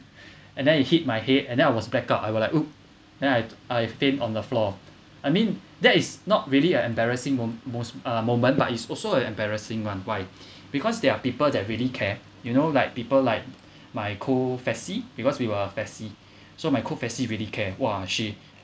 and then it hit my head and then I was blackout I will like !oops! then I'd I faint on the floor I mean that is not really a embarrassing mo~ most uh moment but it's also a embarrassing one why because there are people that really care you know like people like my co-faci because we were faci so my co-faci really care !wah! she